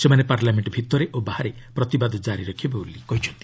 ସେମାନେ ପାର୍ଲାମେଙ୍କ ଭିତରେ ଓ ବାହାରେ ପ୍ରତିବାଦ ଜାରି ରଖିବେ ବୋଲି କହିଛନ୍ତି